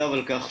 כתב על כך,